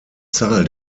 zahl